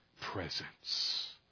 presence